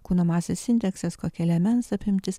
kūno masės indeksas kokia liemens apimtis